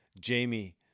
Jamie